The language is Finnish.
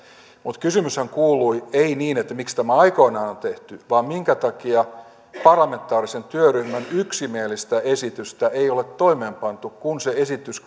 mutta kysymyshän kuului ei niin että miksi tämä aikoinaan on tehty vaan minkä takia parlamentaarisen työryhmän yksimielistä esitystä ei ole toimeenpantu kun se esitys